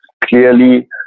clearly